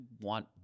want